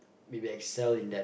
we will excel in that